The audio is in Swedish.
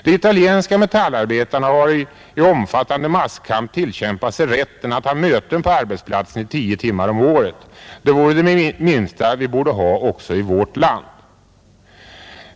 De italienska metallarbetarna har i omfattande masskamp tillkämpat sig rätten att ha möten på arbetsplatsen tio timmar om året. Det vore det minsta vi borde ha också i vårt land.